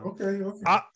Okay